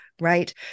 right